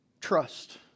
Trust